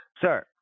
Sir